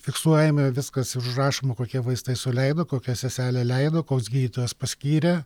fiksuojama viskas ir užrašoma kokie vaistai suleido kokia seselė leido koks gydytojas paskyrė